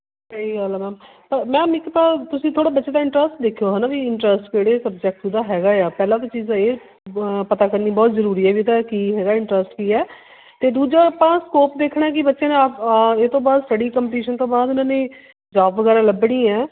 ਸਹੀ ਗੱਲ ਹੈ ਮੈਮ ਮੈਮ ਇੱਕ ਤਾਂ ਤੁਸੀਂ ਥੋੜ੍ਹਾ ਬੱਚੇ ਦਾ ਇੰਨਟਰਸਟ ਦੇਖਿਓ ਹੈ ਨਾ ਵੀ ਇੰਨਟਰਸਟ ਕਿਹੜੇ ਸਬਜੈਕਟ 'ਚ ਉਹਦਾ ਹੈਗਾ ਆ ਪਹਿਲਾਂ ਤਾਂ ਚੀਜ਼ ਇਹ ਪਤਾ ਕਰਨੀ ਬਹੁਤ ਜ਼ਰੂਰੀ ਹੈ ਵੀ ਉਹਦਾ ਕੀ ਹੈਗਾ ਇੰਟਰਸਟ ਕੀ ਹੈ ਅਤੇ ਦੂਜਾ ਆਪਾਂ ਸਕੌਪ ਦੇਖਣਾ ਕਿ ਬੱਚੇ ਨੇ ਆ ਇਸ ਤੋਂ ਬਾਅਦ ਸਟੱਡੀ ਕੰਪਲੀਸ਼ਨ ਤੋਂ ਬਾਅਦ ਉਹਨਾਂ ਨੇ ਜੌਬ ਵਗੈਰਾ ਲੱਭਣੀ ਹੈ